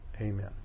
Amen